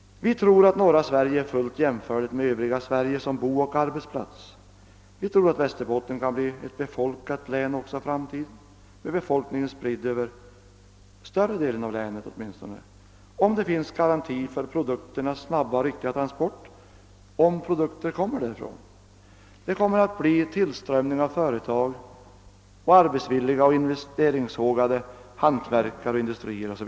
Vi tror att norra Sverige är fullt jämförligt med övriga Sverige som booch arbetsplats. Vi tror att Västerbotten kan bli ett befolkat län också i framtiden, med befolkningen spridd över åtminstone större delen av länet, om det finns garantier för snabba och goda transportmöjligheter för produkterna. Vi kommer att få en tillströmning av företag, arbetsvilliga och investeringshågade, hantverkare, industrier, o.s.